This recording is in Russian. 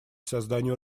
созданию